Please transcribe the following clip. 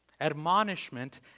Admonishment